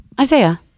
Isaiah